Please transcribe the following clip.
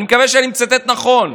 אני מקווה שאני מצטט נכון.